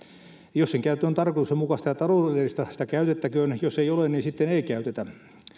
jos sen käyttö on tarkoituksenmukaista ja taloudellista sitä käytettäköön jos ei ole niin sitten ei käytetä